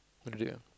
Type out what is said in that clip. oh really ah